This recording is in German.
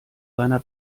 seiner